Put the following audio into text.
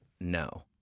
no